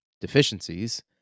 deficiencies